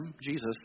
Jesus